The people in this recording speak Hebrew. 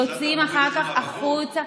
יוצאים אחר כך החוצה,